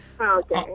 Okay